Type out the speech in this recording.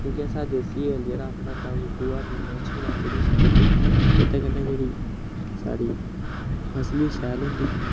क्योंकि असें देसी है्ल जेह्ड़ा अपना होंदा ओह् गोहा मिङना छिङना जेह्ड़ियां सुट्टू उड़दे ओह्दे कन्नै जेह्ड़ी साढ़ी फसल बी शैल होंदी